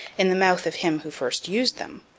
in the mouth of him who first used them,